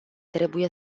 trebuie